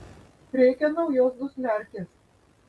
reikia naujos dusliarkės